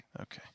Okay